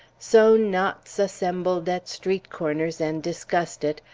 so knots assembled at street corners, and discussed it,